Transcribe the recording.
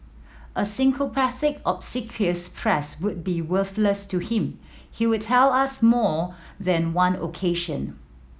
a sycophantic obsequious press would be worthless to him he would tell us more than one occasion